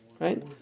right